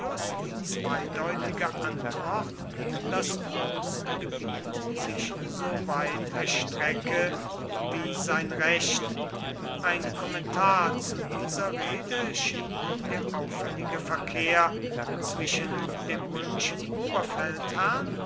die zweideutige antwort daß roms gebiet sich so weit erstrecke wie sein recht ein kommentar zu dieser rede schien der auffällige verkehr zwischen dem römischen